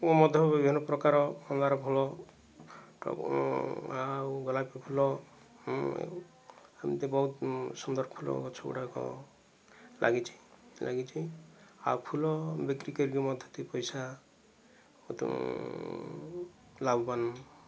ମୁଁ ମଧ୍ୟ ବିଭିନ୍ନ ପ୍ରକାର ହେନାର ଫୁଲ ଆଉ ଗୋଲାପ ଫୁଲ ଏମିତି ବହୁତ ସୁନ୍ଦର ଫୁଲ ଗଛ ଗୁଡ଼ାକ ଲାଗିଛି ଲାଗିଛି ଆଉ ଫୁଲ ବିକ୍ରି କରିକି ମଧ୍ୟ ଦୁଇ ପଇସା ଲାଭବାନ